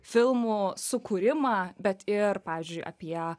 filmų sukūrimą bet ir pavyzdžiui apie